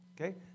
okay